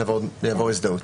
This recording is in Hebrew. צריך.